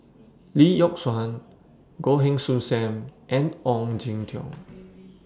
Lee Yock Suan Goh Heng Soon SAM and Ong Jin Teong